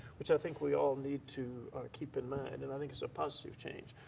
which i think we all need to keep in mind and i think it's a positive change.